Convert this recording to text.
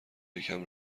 یکم